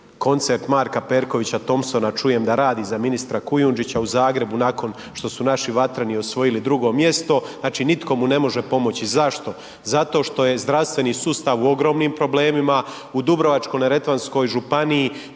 koncert Marka Perkovića Thompsona čujem da radi za ministra Kujundžića u Zagrebu nakon što su naši vatreni osvojili drugo mjesto, znači nitko mu ne može pomoći. Zašto? Zato što je zdravstveni sustav u ogromnim problemima, u Dubrovačko-neretvanskoj županiji